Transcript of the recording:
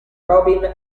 robin